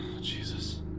Jesus